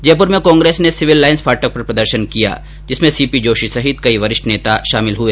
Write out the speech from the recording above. जयपुर में कांग्रेस ने civil lines फाटक पर प्रदर्शन किया जिसमें सीपी जोशी सहित कई वरिष्ठ नेता शामिल हुए